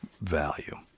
value